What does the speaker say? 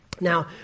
Now